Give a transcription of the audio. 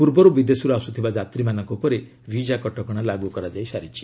ପୂର୍ବରୁ ବିଦେଶରୁ ଆସୁଥିବା ଯାତ୍ରୀମାନଙ୍କ ଉପରେ ବିଜା କଟକଣା ଲାଗୁ କରାଯାଇ ସାରିଛି